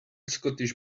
scottish